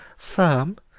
firm?